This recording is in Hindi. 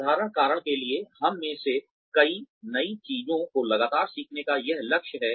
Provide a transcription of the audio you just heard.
साधारण कारण के लिए हम में से कई नई चीजों को लगातार सीखने का यह लक्ष्य है